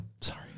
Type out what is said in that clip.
Sorry